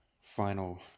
final